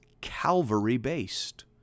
Calvary-based